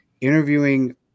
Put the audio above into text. interviewing